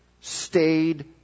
stayed